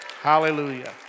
Hallelujah